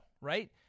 Right